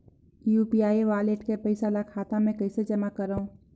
UPI wallet के पईसा ल खाता मे कइसे जमा करव?